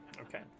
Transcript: Okay